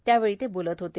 त्यावेळी ते बोलत होते